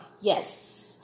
Yes